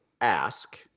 ask